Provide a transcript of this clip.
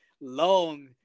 long